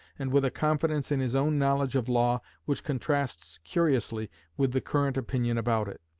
and with a confidence in his own knowledge of law which contrasts curiously with the current opinion about it.